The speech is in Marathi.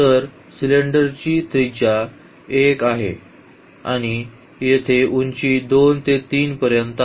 तर सिलिंडरची त्रिज्या 1 आहे आणि येथे उंची 2 ते 3 पर्यंत आहे